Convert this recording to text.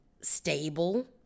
stable